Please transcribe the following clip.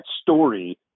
story